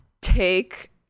take